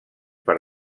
per